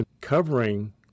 covering